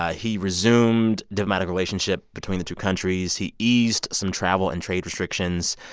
ah he resumed diplomatic relationship between the two countries. he eased some travel and trade restrictions.